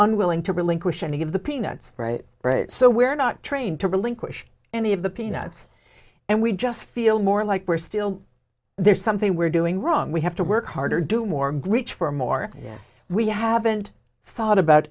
unwilling to relinquish any of the peanuts right right so we're not trained to relinquish any of the peanuts and we just feel more like we're still there something we're doing wrong we have to work harder do more reach for more yes we haven't thought about